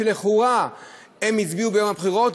שלכאורה הצביעו ביום הבחירות.